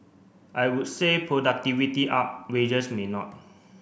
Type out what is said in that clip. I would say productivity up wages may not